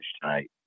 tonight